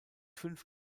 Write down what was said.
fünf